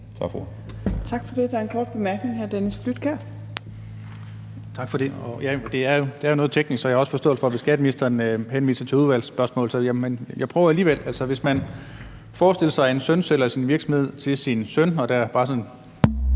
Tak for det. Der er en kort bemærkning fra hr. Dennis Flydtkjær. Kl. 20:23 Dennis Flydtkjær (DF): Tak for det. Det er jo noget teknisk, så jeg har også forståelse for, hvis skatteministeren henviser til udvalgsspørgsmål, men jeg prøver alligevel: Hvis man forestiller sig, at en far sælger sin virksomhed til sin søn,